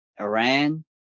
Iran